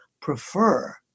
prefer